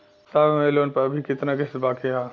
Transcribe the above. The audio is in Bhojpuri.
साहब हमरे लोन पर अभी कितना किस्त बाकी ह?